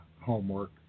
homework